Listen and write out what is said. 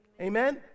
Amen